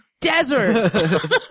desert